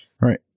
Right